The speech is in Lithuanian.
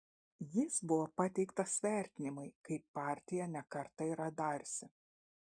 jis buvo pateiktas vertinimui kaip partija ne kartą yra dariusi